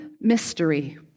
Mystery